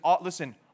listen